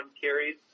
carries